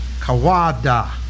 kawada